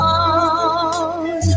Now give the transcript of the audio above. on